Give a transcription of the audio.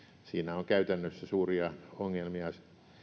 siinä on käytännössä suuria ongelmia